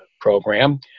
program